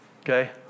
okay